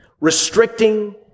restricting